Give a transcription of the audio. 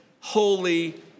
holy